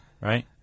right